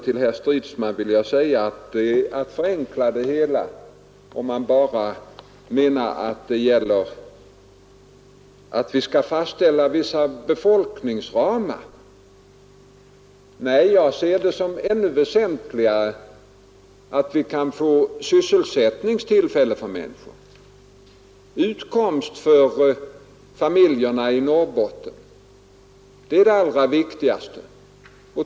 Till herr Stridsman vill jag ändå säga att det är att förenkla det hela, om man anser att det bara gäller att fastställa vissa befolkningsramar. Nej, jag ser det som ännu väsentligare att vi kan få sysselsättningstillfällen för människorna. Utkomst för familjerna i Norrbotten är det allra viktigaste.